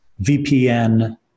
VPN